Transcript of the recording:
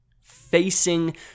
facing